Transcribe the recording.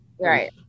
right